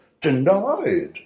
denied